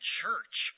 church